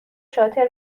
شاطر